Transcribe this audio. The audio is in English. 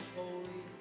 holy